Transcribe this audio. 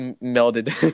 Melted